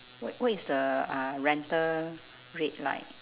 what what is the uh rental rate like